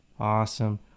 awesome